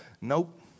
Nope